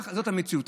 זאת המציאות.